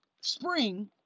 spring